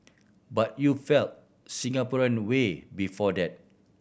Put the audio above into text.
but you felt Singaporean way before that